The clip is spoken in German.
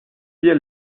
wir